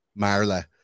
Marla